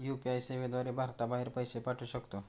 UPI सेवेद्वारे भारताबाहेर पैसे पाठवू शकतो